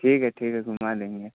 ठीक है ठीक है घुमा देंगे